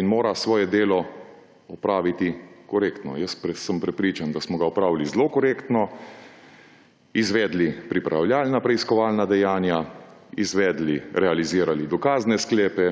in mora svoje delo opraviti korektno. Jaz sem prepričan, da smo ga opravili zelo korektno, izvedli pripravljalna preiskovalna dejanja, realizirali dokazne sklepe